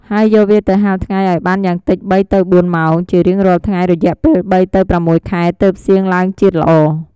ហើយយកវាទៅហាលថ្ងៃឱ្យបានយ៉ាងតិច ៣-៤ ម៉ោងជារៀងរាល់ថ្ងៃ រយៈពេល ៣ ទៅ ៦ ខែ ទើបសៀងឡើងជាតិល្អ។